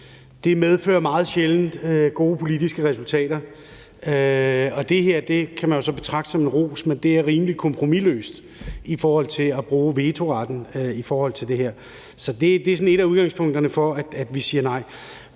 kompromisløshed meget sjældent fører gode politiske resultater med sig. Det kan man jo så betragte som en ros, men det er rimelig kompromisløst at bruge vetoretten i det her. Så det er et af udgangspunkterne for, at vi siger nej.